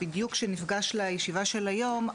בדיוק שנפגש לישיבה של היום,